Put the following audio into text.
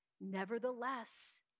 Nevertheless